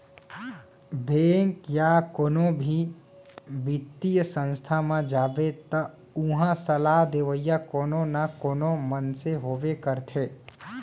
bank या कोनो भी बित्तीय संस्था म जाबे त उहां सलाह देवइया कोनो न कोनो मनसे होबे करथे